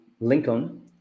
Lincoln